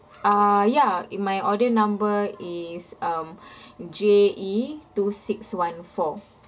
uh ya in my order number is um J E two six one four